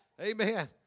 Amen